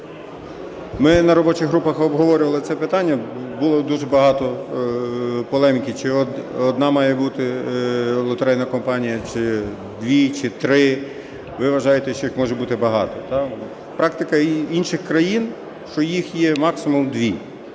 Ми на робочих групах обговорювали це питання. Було дуже багато полеміки чи одна має бути лотерейна компанія, чи дві, чи три. Ви вважаєте, що їх може бути багато. Практика інших країн – що їх є максимум дві.